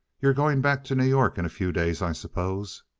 you're going back to new york in a few days, i suppose?